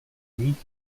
nich